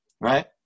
right